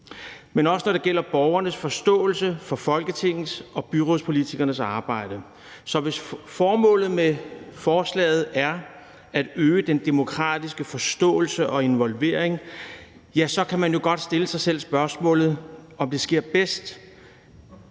men også når det gælder borgernes forståelse for Folketingets og byrådspolitikernes arbejde. Hvis formålet med forslaget er at øge den demokratiske forståelse og involvering, kan man jo godt stille sig selv spørgsmålet, om det sker bedst,